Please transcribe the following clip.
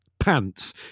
Pants